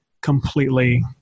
completely